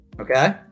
Okay